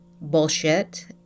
bullshit